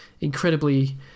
incredibly